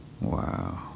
Wow